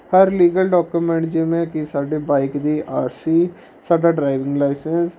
ਹਰ legal document ਜਿਵੇਂ ਕਿ ਸਾਡੇ ਬਾਈਕ ਦੀ ਆਰ ਸੀ ਸਾਡਾ ਡਰਾਈਵਿੰਗ ਲਾਇਸੈਂਸ